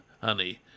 honey